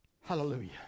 Hallelujah